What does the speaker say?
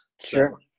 Sure